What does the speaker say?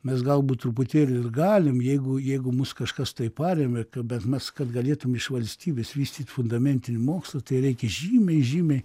mes galbūt truputėlį ir galim jeigu jeigu mus kažkas tai paremia bet mes kad galėtum iš valstybės vystyt fundamentinį mokslą tai reikia žymiai žymiai